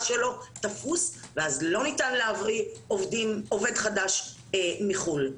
שלו תפוס ולא ניתן להביא עובד חדש מחו"ל.